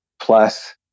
plus